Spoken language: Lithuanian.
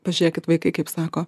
pažiūrėkit vaikai kaip sako